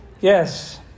Yes